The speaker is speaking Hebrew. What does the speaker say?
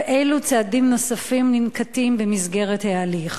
ואילו צעדים נוספים ננקטים במסגרת ההליך?